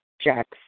Jack's